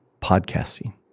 podcasting